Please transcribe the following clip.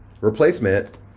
replacement